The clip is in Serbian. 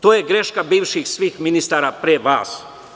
To je greška bivših svih ministara pre vas.